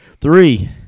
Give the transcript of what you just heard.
Three